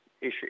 issue